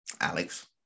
Alex